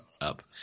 up